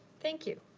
thank you.